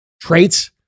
traits